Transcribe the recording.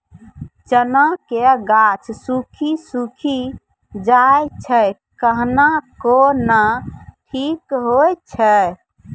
चना के गाछ सुखी सुखी जाए छै कहना को ना ठीक हो छै?